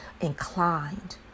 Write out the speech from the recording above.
inclined